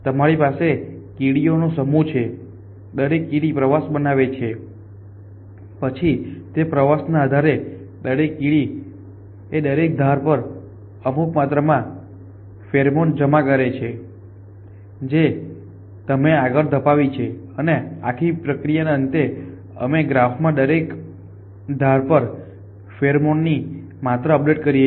તમારી પાસે કીડીઓનો સમૂહ છે દરેક કીડી પ્રવાસ બનાવે છે પછી તે પ્રવાસના આધારે દરેક કીડી એ દરેક ધાર પર અમુક માત્રામાં ફેરોમોન જમા કરે છે જે તેણે આગળ ધપાવી છે અને આખી પ્રક્રિયાના અંતે અમે ગ્રાફમાં દરેક ધાર પર ફેરોમોન ની માત્રા અપડેટ કરીએ છીએ